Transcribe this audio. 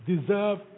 deserve